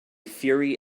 fury